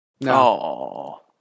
No